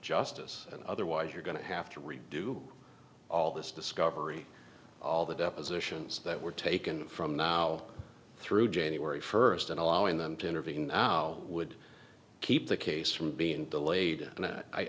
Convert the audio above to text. justice and otherwise you're going to have to redo all this discovery all the depositions that were taken from now through january first and allowing them to intervene now would keep the case from being delayed and i